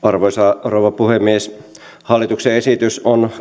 arvoisa rouva puhemies hallituksen esitys on